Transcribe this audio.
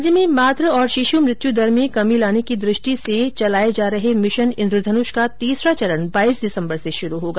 राज्य में मातु और शिशु मृत्यु दर में कमी लाने की दृष्टि से चलाये जा रहे मिशन इन्द्र धनुष का तीसरा चरण बाईस दिसम्बर से शुरू होगा